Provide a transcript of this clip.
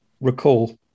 recall